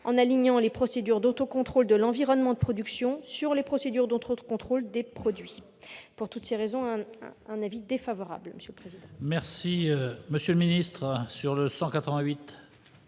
en alignant les procédures d'autocontrôle de l'environnement de production sur les procédures d'autocontrôle des produits. Pour toutes ces raisons, la commission émet